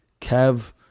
kev